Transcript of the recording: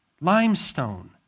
Limestone